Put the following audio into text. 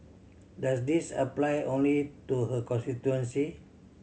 does this apply only to her constituency